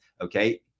Okay